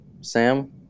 Sam